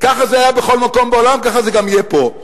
כך זה היה בכל מקום בעולם, כך זה גם יהיה פה.